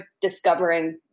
discovering